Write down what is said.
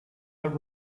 but